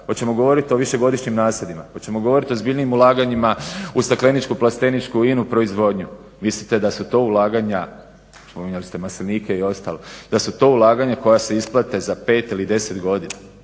Hoćemo govorit o višegodišnjim nasadima, hoćemo govorit o ozbiljnijim ulaganjima u stakleničku, plasteničku i inu proizvodnju? Mislite da su to ulaganja, spominjali ste maslinike i ostalo, da su to ulaganja koja se isplate za 5 ili 10 godina?